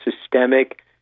systemic